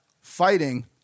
fighting